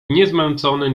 niezmącone